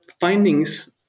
findings